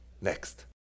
Next